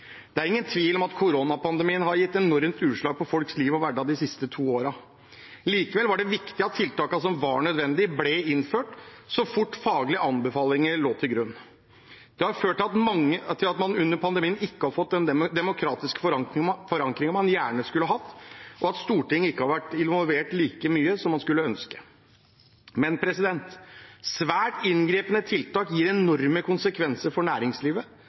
de siste to årene. Likevel var det viktig at tiltakene som var nødvendige, ble innført så fort faglige anbefalinger lå til grunn. Det har ført til at man under pandemien ikke har fått den demokratiske forankringen man gjerne skulle hatt, og at Stortinget ikke har vært involvert like mye som man skulle ønske. Svært inngripende tiltak gir enorme konsekvenser for næringslivet,